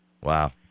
Wow